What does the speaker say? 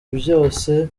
byose